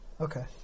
Okay